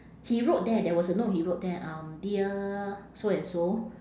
he wrote there there was a note he wrote there um dear so and so